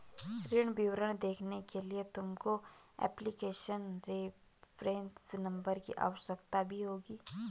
ऋण विवरण देखने के लिए तुमको एप्लीकेशन रेफरेंस नंबर की आवश्यकता भी होगी